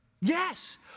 Yes